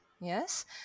yes